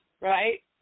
Right